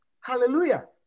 Hallelujah